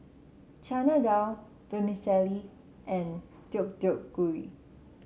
Chana Dal Vermicelli and Deodeok Gui